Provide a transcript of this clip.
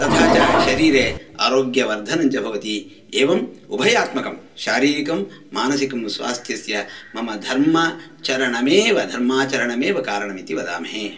तथा च शरीरे आरोग्यवर्धनञ्च भवति एवम् उभयात्मकं शारीरिकं मानसिकं स्वास्थ्यस्य मम धर्म चरणमेव धर्माचरणमेव कारणम् इति वदामहे